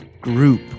group